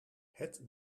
het